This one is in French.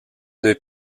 des